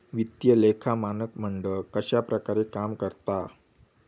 वित्तीय लेखा मानक मंडळ कश्या प्रकारे काम करता?